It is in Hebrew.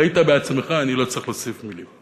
ראית בעצמך, אני לא צריך להוסיף מילים.